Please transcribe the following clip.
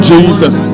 Jesus